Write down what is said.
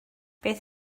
beth